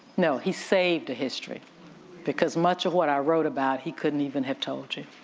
no, he saved a history because much of what i wrote about, he couldn't even have told you.